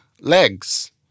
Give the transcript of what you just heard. legs